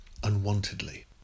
unwantedly